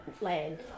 land